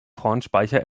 kornspeicher